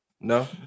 No